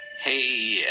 Hey